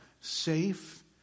safe